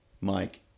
Mike